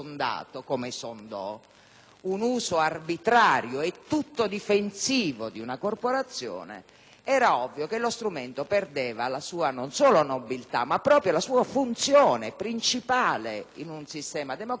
un uso arbitrario e tutto difensivo di una corporazione, era ovvio che avrebbe perso non solo la sua nobiltà ma proprio la sua funzione principale in un sistema democratico: quella di difendere